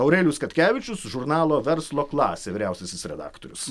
aurelijus katkevičius žurnalo verslo klasė vyriausiasis redaktorius